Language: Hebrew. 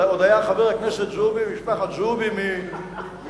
עוד היה חבר הכנסת זועבי ממשפחת זועבי מנצרת,